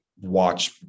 watch